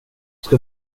ska